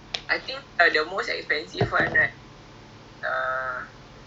tak catch the fizz thingy then they just let people drink then they just let people drink !wah!